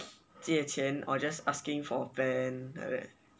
借钱 or just asking for pen like that